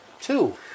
Two